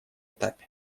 этапе